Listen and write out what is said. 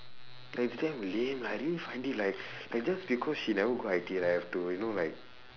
and it's damn lame like I really find it like like just because she never go I_T_E right I have to you know like